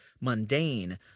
mundane